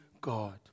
God